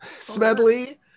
Smedley